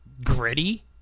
gritty